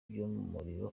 ry’umurimo